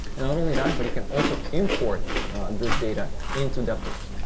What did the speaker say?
and not only that, but you can also import this data into devtools.